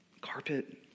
Carpet